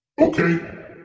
Okay